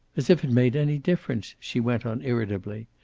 as if it made any difference, she went on irritably.